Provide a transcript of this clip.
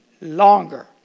longer